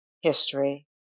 history